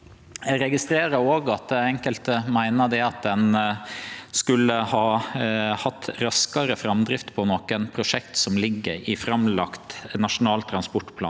Eg registrerer òg at enkelte meiner at ein skulle hatt raskare framdrift på nokre prosjekt som ligg i framlagd nasjonal transportplan.